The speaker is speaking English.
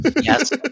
Yes